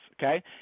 okay